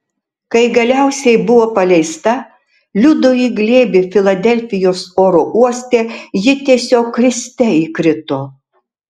kai galiausiai buvo paleista liudui į glėbį filadelfijos oro uoste ji tiesiog kriste įkrito